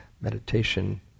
meditation